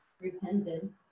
repented